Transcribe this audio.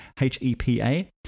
H-E-P-A